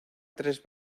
tres